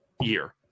year